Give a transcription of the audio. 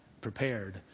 prepared